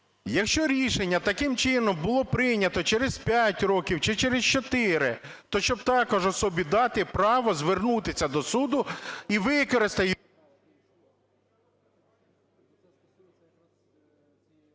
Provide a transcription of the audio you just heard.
Якщо рішення таким чином було прийнято через п'ять років чи через чотири, то щоб також особі дати право звернутися до суду і використати…